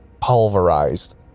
pulverized